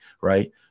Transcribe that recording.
right